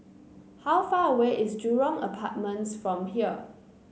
how far away is Jurong Apartments from here